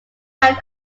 child